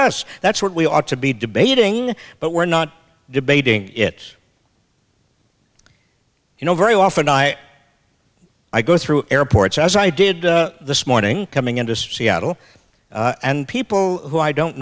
us that's what we ought to be debating but we're not debating it you know very often i i go through airports as i did this morning coming into seattle and people who i don't